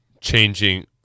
changing –